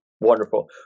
Wonderful